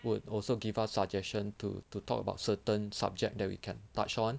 would also give us suggestion to to talk about certain subject that we can touch on